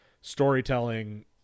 storytelling